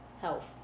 health